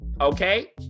Okay